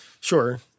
Sure